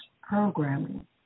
programming